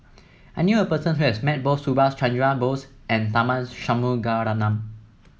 I knew a person who has met both Subhas Chandra Bose and Tharman Shanmugaratnam